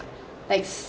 like